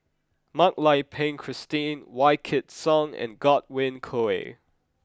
Mak Lai Peng Christine Wykidd Song and Godwin Koay